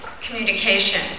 communication